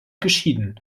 geschieden